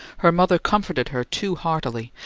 her mother comforted her too heartily,